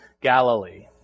Galilee